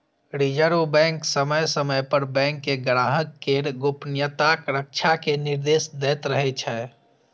reserve bank समय समय पर बैंक कें ग्राहक केर गोपनीयताक रक्षा के निर्देश दैत रहै छै